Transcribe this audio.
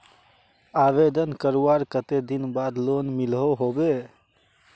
आवेदन करवार कते दिन बाद लोन मिलोहो होबे?